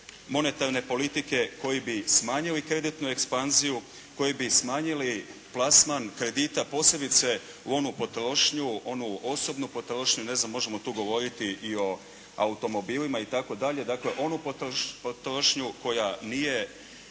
monetarne politike koji bi smanjili kreditnu ekspanziju, koji bi smanjili plasman kredita posebice u onu potrošnju, onu osobnu potrošnju. Ne znam možemo tu govoriti i o automobilima itd., dakle onu potrošnju koja nije